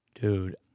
Dude